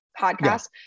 podcast